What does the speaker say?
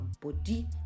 body